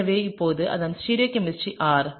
எனவே இப்போது இதன் ஸ்டீரியோ கெமிஸ்ட்ரி R